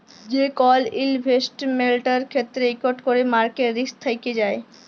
যে কল ইলভেসেটমেল্টের ক্ষেত্রে ইকট ক্যরে মার্কেট রিস্ক থ্যাকে যায়